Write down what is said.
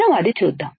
మనం అది చూద్దాం